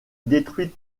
détruit